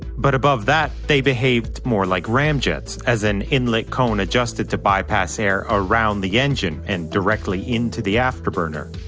but above that, they behaved more like ramjets, as an inlet cone adjusted to bypass air around the engine and directly into the afterburner.